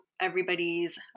everybody's